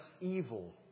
evil